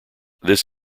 this